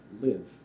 live